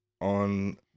on